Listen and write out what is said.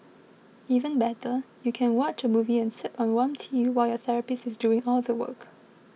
even better you can watch a movie and sip on warm tea while your therapist is doing all the work